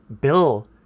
Bill